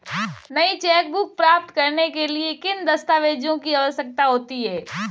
नई चेकबुक प्राप्त करने के लिए किन दस्तावेज़ों की आवश्यकता होती है?